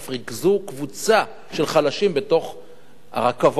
ריכזו קבוצה של חלשים בתוך ה"רכבות" האלה,